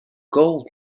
gold